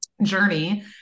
journey